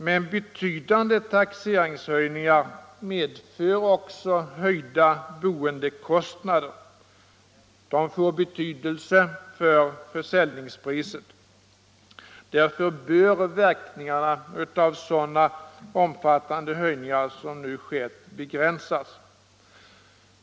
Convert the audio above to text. Men betydande taxeringshöjningar medför också höjda boendekostnader, och de får betydelse för försälj ningspriset. Därför bör verkningarna av sådana omfattande höjningar som nu skett begränsas.